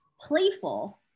playful